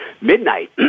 midnight